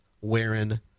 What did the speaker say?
wearing